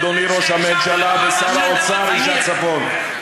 אדוני ראש הממשלה ושר האוצר איש הצפון,